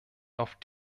auf